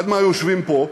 אחד מהיושבים פה,